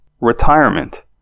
retirement